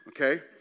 okay